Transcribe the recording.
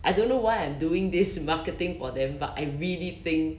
I don't know why I'm doing this marketing for them but I really think